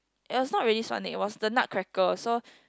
and it was not really Swan Lake it was the Nutcracker so